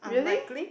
unlikely